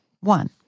One